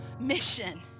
mission